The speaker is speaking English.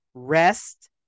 rest